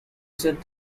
set